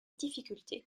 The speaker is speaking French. difficulté